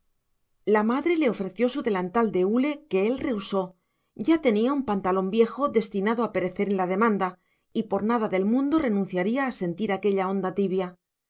la madre le ofreció su delantal de hule que él rehusó ya tenía un pantalón viejo destinado a perecer en la demanda y por nada del mundo renunciaría a sentir aquella onda tibia